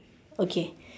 okay